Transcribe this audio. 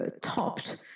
topped